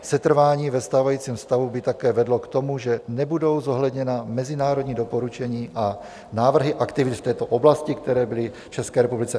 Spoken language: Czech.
Setrvání ve stávajícím stavu by také vedlo k tomu, že nebudou zohledněna mezinárodní doporučení a návrhy, v této oblasti, které byly České republice adresovány.